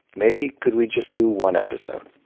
maybe, could we just do one episode?